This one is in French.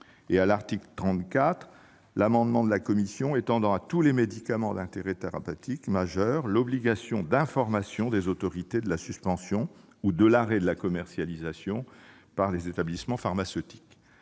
elle a repris l'amendement de la commission visant à étendre à tous les médicaments d'intérêt thérapeutique majeur l'obligation d'information des autorités de la suspension ou de l'arrêt de commercialisation par les établissements pharmaceutiques.